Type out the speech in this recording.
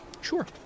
Sure